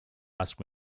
ask